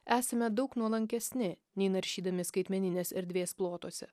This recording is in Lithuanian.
esame daug nuolankesni nei naršydami skaitmeninės erdvės plotuose